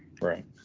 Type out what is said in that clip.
Right